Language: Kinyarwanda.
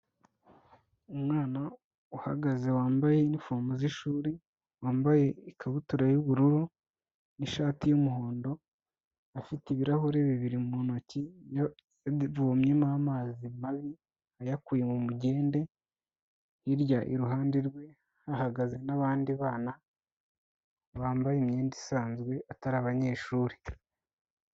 Umwana uhagaze, wambaye inifomu z'ishuri, wambaye ikabutura y'ubururu, n'ishati y'umuhondo, afite ibirahure bibiri mu ntoki, yabivomyemo amazi mabi ayakuye mu mugende, hirya iruhande rwe, hagaze n'abandi bana bambaye imyenda isanzwe atari abanyeshuri.